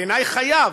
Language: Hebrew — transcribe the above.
בעיני חייב,